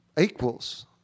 equals